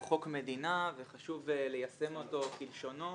חוק מדינה וחשוב ליישם אותו כלשונו